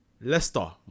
Leicester